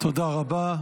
תודה רבה.